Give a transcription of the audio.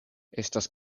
estas